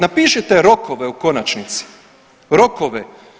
Napišite rokove u konačnici, rokove.